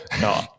No